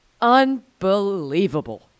Unbelievable